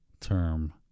term